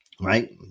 Right